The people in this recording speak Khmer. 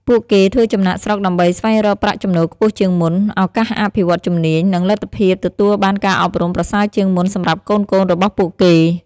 ពួកគេធ្វើចំណាកស្រុកដើម្បីស្វែងរកប្រាក់ចំណូលខ្ពស់ជាងមុន ឱកាសអភិវឌ្ឍន៍ជំនាញ និងលទ្ធភាពទទួលបានការអប់រំប្រសើរជាងមុនសម្រាប់កូនៗរបស់ពួកគេ។